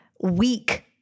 weak